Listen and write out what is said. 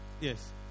Yes